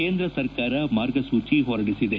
ಕೇಂದ್ರ ಸರ್ಕಾರ ಮಾರ್ಗಸೂಚಿ ಹೊರಡಿಸಿದೆ